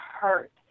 hurt